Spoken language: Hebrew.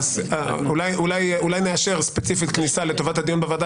אולי נאשר ספציפית כניסה לטובת הדיון בוועדה